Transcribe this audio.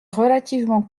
relativement